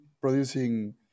producing